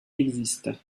existent